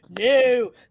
No